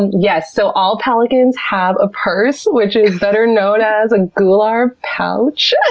yes, so all pelicans have a purse, which is better known as a gular pouch